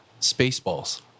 Spaceballs